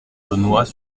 launois